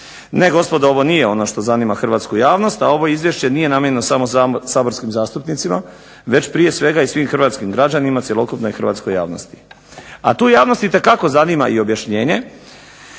Ne gospodo ovo nije što zanima hrvatsku javnost, a ovo izvješće nije namijenjeno samo saborskim zastupnicima, već prije svega i svim hrvatskim građanima, cjelokupnoj hrvatskoj javnosti. A tu javnost itekako zanima i objašnjenje